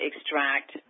extract